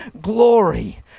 glory